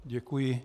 Děkuji.